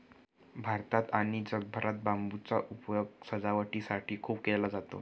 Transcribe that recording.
भारतात आणि जगभरात बांबूचा उपयोग सजावटीसाठी खूप केला जातो